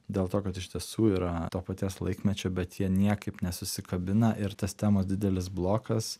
dėl to kad iš tiesų yra to paties laikmečio bet jie niekaip nesusikabina ir tos temos didelis blokas